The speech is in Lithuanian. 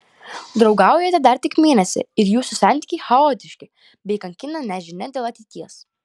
draugaujate dar tik mėnesį ir jūsų santykiai chaotiški bei kankina nežinia dėl ateities